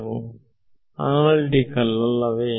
analytical ಅಲ್ಲವೇ